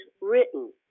written